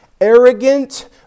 arrogant